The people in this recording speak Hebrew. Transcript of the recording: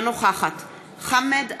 אינה נוכחת חמד עמאר,